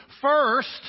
First